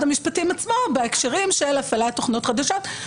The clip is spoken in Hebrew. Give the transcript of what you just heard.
המשפטים עצמו בהקשרים של תוכנות חדשות,